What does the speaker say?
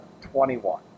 21